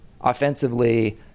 offensively